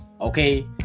Okay